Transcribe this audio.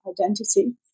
identity